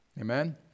Amen